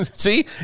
see